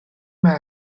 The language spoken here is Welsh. mae